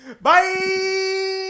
bye